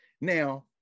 Now